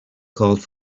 called